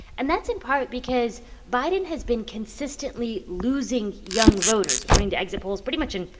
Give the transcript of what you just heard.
and that's in part because biden has been consistently losing young voters, according to exit polls, pretty much in,